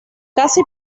casi